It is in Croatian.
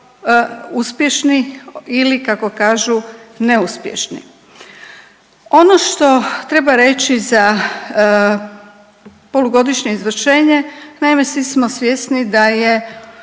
uspješni ili kako kažu neuspješni. Ono što treba reći za polugodišnje izvršenje, naime, svi smo svjesni da je